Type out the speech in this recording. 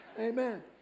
Amen